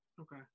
Okay